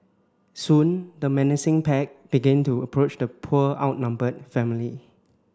soon the menacing pack began to approach the poor outnumbered family